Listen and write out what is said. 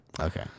Okay